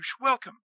welcome